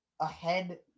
ahead